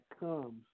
comes